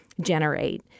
generate